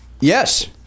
Yes